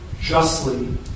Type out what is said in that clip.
justly